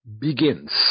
begins